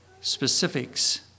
specifics